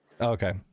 Okay